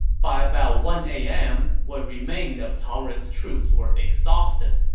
by about one a m, what remained of cao ren's troops were exhausted,